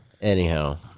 anyhow